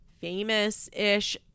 famous-ish